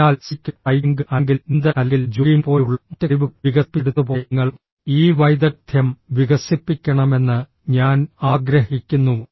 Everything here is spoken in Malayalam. അതിനാൽ സൈക്കിൾ സൈക്ലിംഗ് അല്ലെങ്കിൽ നീന്തൽ അല്ലെങ്കിൽ ജോഗിംഗ് പോലെയുള്ള മറ്റ് കഴിവുകൾ വികസിപ്പിച്ചെടുത്തതുപോലെ നിങ്ങൾ ഈ വൈദഗ്ദ്ധ്യം വികസിപ്പിക്കണമെന്ന് ഞാൻ ആഗ്രഹിക്കുന്നു